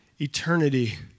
eternity